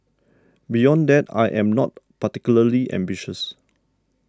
beyond that I am not particularly ambitious